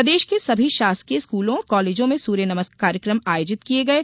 प्रदेश के सभी शासकीय स्कूलों और कॉलेजों में सूर्य नमस्कार कार्यक्रम आयोजित किये गये